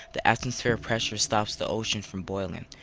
the atmosphere pressure stops the oceans from boiling.